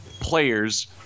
players